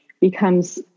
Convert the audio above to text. becomes